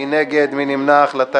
לאחד.